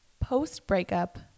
Post-breakup